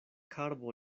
karbo